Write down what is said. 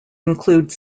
include